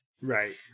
Right